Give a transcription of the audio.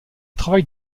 travail